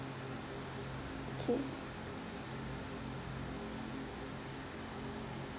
okay